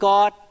God